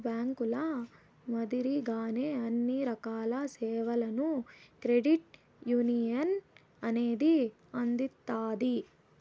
బ్యాంకుల మాదిరిగానే అన్ని రకాల సేవలను క్రెడిట్ యునియన్ అనేది అందిత్తాది